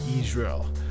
Israel